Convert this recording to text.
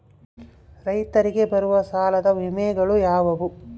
ರೈತರಿಗೆ ಬರುವ ಸಾಲದ ವಿಮೆಗಳು ಯಾವುವು?